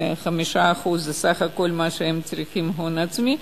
5% סך הכול מה שהם צריכים הון עצמי,